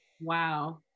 Wow